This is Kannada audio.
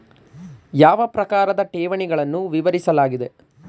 ಯಾವ ಪ್ರಕಾರದ ಠೇವಣಿಗಳನ್ನು ವಿವರಿಸಲಾಗಿದೆ?